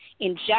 inject